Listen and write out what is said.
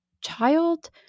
child